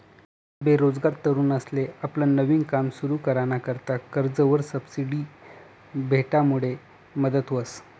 बेरोजगार तरुनसले आपलं नवीन काम सुरु कराना करता कर्जवर सबसिडी भेटामुडे मदत व्हस